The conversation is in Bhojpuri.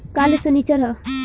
काल्ह सनीचर ह